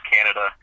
Canada